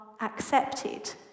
accepted